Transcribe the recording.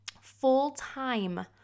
full-time